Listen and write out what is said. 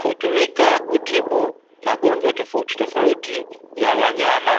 Hutumika kutibu magonjwa tofautitofauti ya wanyama.